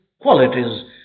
qualities